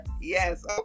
Yes